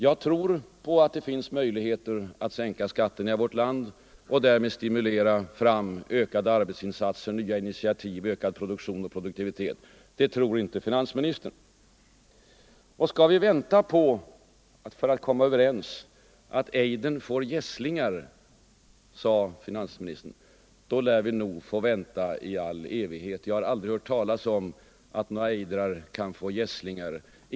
Jag tror att det finns möjligheter att sänka skatterna i vårt land och därmed stimulera fram ökade arbetsinsatser, nya initiativ, ökad produktion och produktivitet. Men det tror inte finansministern. Skall vi för att komma överens vänta på att ejdern får gässlingar, som finansministern sade, då lär vi nog få vänta i all evighet. Jag har för övrigt aldrig hört talas om att ejdrar kan få gässlingar.